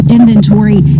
inventory